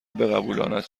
بقبولاند